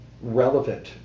relevant